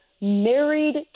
married